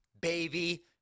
baby